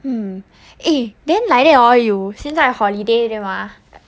hmm eh then like that orh you 现在 holiday 对吗